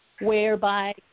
whereby